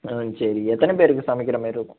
ஆ சரி எத்தனை பேருக்கு சமைக்கிற மாதிரி இருக்கும்